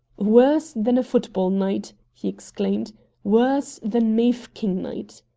worse than a foot-ball night! he exclaimed worse than mafeking night!